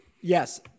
Yes